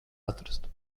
atrast